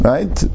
Right